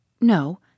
No